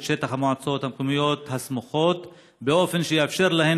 שטח המועצות המקומיות הסמוכות באופן שיאפשר להן